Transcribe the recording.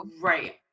right